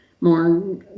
more